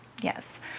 Yes